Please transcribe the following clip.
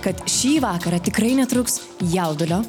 kad šį vakarą tikrai netrūks jaudulio